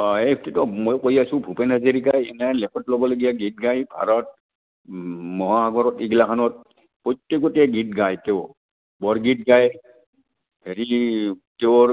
অ' এইটোটো মই কৈ আছোঁ ভূপেন হাজৰিকাই এনে লেখত ল'বলগীয়া গীত গাই ভাৰত মাহাসাগৰত এইগিলাখনত প্ৰত্যেকতে গীত গাই তেওঁ বৰগীত গায় হেৰি তেওঁৰ